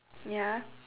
ya